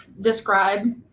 describe